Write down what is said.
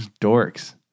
Dorks